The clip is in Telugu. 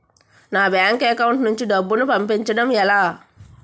నా బ్యాంక్ అకౌంట్ నుంచి డబ్బును పంపించడం ఎలా?